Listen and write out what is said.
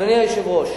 אדוני היושב-ראש,